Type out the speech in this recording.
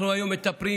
אנחנו היום מטפלים,